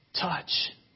touch